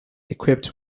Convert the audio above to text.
equipped